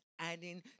adding